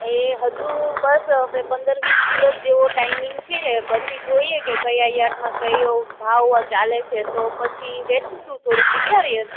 એ હજુ બસ હવે પંદર વીસ દિવસ જેવો ટાયમિંગ છે પછી જોઈએ કે કયા યાર્ડમા કયો ભાવ ચાલે છે તો પછી વેચીશુ થોડુક વિચારીએ